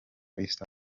east